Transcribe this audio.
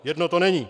Jedno to není.